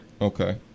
Okay